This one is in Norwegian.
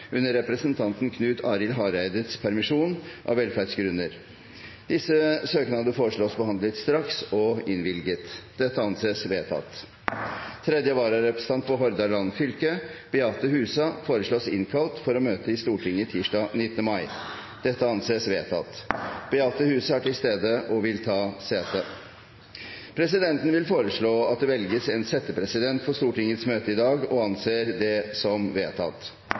under representanten Knut Arild Hareides permisjon, av velferdsgrunner. Disse søknader foreslås behandlet straks og innvilget. – Dette anses vedtatt. Tredje vararepresentant for Hordaland fylke, Beate Husa, foreslås innkalt for å møte i Stortinget tirsdag 19. mai. – Dette anses vedtatt. Beate Husa er til stede og vil ta sete. Presidenten vil foreslå at det velges en settepresident for Stortingets møte i dag – og anser det som vedtatt.